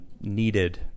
needed